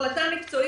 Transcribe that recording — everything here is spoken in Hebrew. יש החלטה מקצועית,